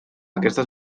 aquestes